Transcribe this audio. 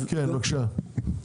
כן, בבקשה.